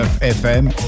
FM